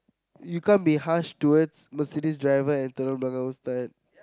you can't be harsh towards Mercedes driver and